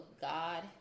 God